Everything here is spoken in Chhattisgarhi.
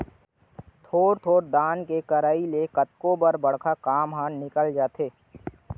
थोर थोर दान के करई ले कतको बर बड़का काम ह निकल जाथे